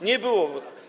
Nie było.